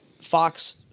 Fox